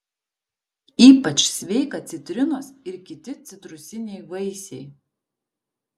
ypač sveika citrinos ir kiti citrusiniai vaisiai